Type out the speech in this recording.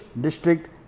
district